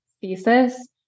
thesis